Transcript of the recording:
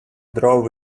drove